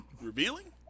Revealing